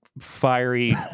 fiery